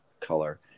color